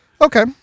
Okay